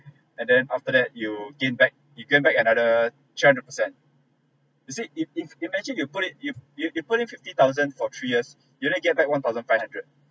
and then after that you gain back you gain back another three hundred percent you see it if if you mention you put it you you you put in fifty thousand for for three years you only get back one thousand five hundred